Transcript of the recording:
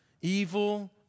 Evil